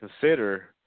consider